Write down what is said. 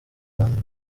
bandi